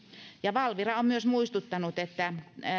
valvira on myös muistuttanut että